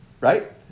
right